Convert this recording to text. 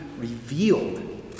revealed